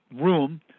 room